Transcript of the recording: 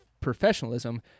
professionalism